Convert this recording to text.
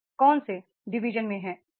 आप कौन से डिवीजन में हैं